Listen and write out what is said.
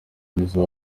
nizzo